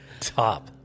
top